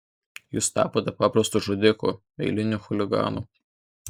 jūs tapote paprastu žudiku eiliniu chuliganu